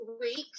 week